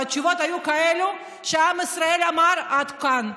והתשובות היו כאלה שעם ישראל אמר: עד כאן,